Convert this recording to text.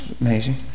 amazing